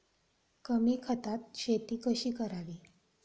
कमी खतात शेती कशी करावी?